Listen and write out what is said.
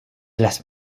bless